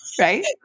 Right